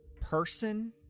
person